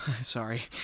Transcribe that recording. Sorry